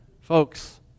Folks